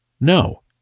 No